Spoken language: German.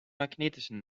magnetischen